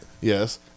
Yes